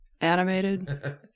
Animated